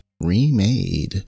remade